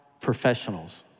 professionals